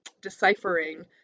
deciphering